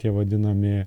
tie vadinami